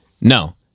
no